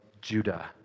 Judah